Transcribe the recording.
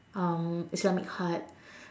um islamic art